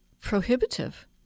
prohibitive